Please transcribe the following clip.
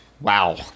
wow